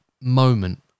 moment